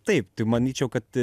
taip manyčiau kad